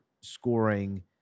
scoring